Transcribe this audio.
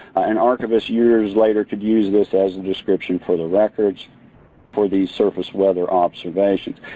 an archivist years later could use this as a description for the records for the surface weather observations.